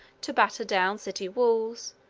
to batter down city walls,